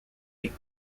eight